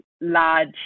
large